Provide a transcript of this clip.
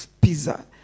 pizza